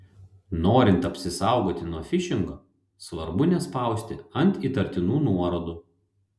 norint apsisaugoti nuo fišingo svarbu nespausti ant įtartinų nuorodų